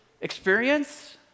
experience